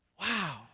Wow